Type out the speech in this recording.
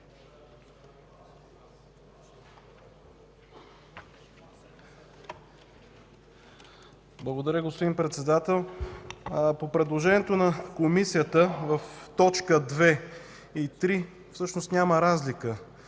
Благодаря, господин Председател. По предложението на Комисията в точки 2 и 3 – всъщност няма разлика